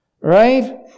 right